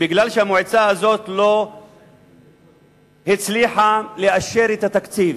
בגלל שהמועצה הזאת לא הצליחה לאשר את התקציב.